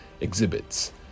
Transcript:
exhibits